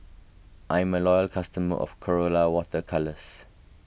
I'm a loyal customer of Colora Water Colours